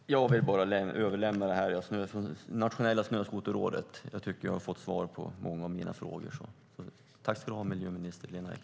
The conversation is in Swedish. Fru talman! Då vill jag bara överlämna det här materialet från Nationella Snöskoterrådet till ministern. Jag tycker att jag har fått svar på många av mina frågor. Tack för det, miljöminister Lena Ek!